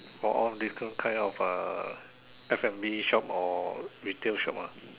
for all different kind of uh F&B shop or retail shop ah